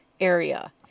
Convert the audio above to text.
area